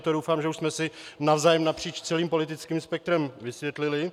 To doufám, že už jsme si navzájem napříč celým politickým spektrem vysvětlili.